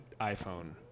iPhone